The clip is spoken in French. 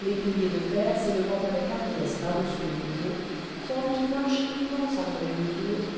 les piliers de fer s'élevant avec hardiesse par-dessus les bureaux forment une arche immense entre les deux tours